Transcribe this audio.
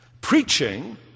Preaching